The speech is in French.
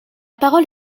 parole